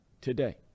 today